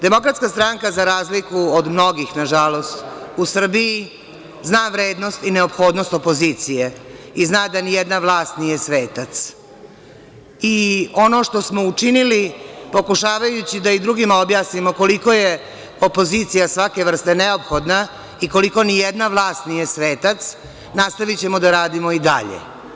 Demokratska stranka za razliku od mnogih, nažalost, u Srbiji zna vrednost i neophodnost opozicije i zna da ni jedna vlast nije svetac i ono što smo učinili pokušavajući da i drugima objasnimo koliko je opozicija svake vrste neophodna i koliko ni jedna vlast nije svetac, nastavićemo da radimo i dalje.